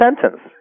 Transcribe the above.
sentence